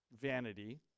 vanity